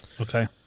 Okay